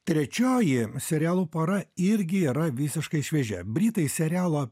trečioji serialų pora irgi yra visiškai šviežia britai serialo